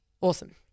Awesome